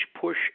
push